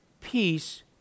peace